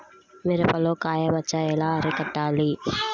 మిరపలో కాయ మచ్చ ఎలా అరికట్టాలి?